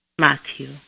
Matthew